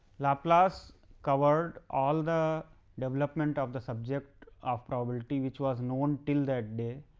laplace covered all the development of the subject of probability, which was known till that day.